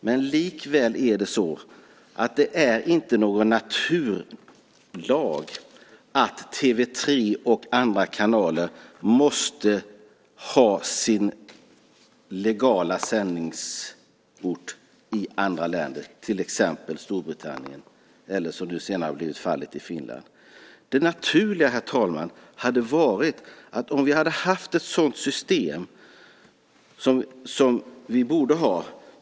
Men likväl är det inte någon naturlag att TV 3 och andra kanaler måste ha sin legala sändningsort i andra länder, till exempel i Storbritannien, eller som nu senare blivit fallet, i Finland. Herr talman! Det naturliga hade varit att vi hade haft ett sådant system som vi borde ha.